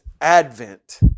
advent